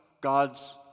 God's